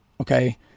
Okay